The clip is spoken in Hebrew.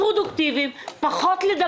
בוקר טוב.